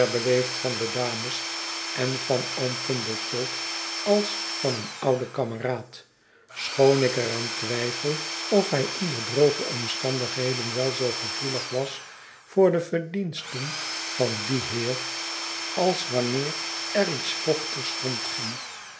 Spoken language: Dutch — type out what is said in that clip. beleefd van de dames en van oom pumblechook als van een ouden kameraad schoon ik er aan twijfel of hij onder droge omstandigheden wel zoo gevoelig was voor de verdiensten van dien heer als wanneer er iets vochtigs rondging